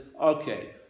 okay